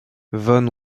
von